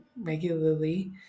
regularly